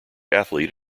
athlete